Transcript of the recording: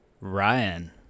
Ryan